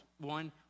one